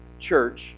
church